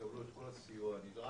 תקבלו את כל הסיוע הנדרש.